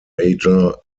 major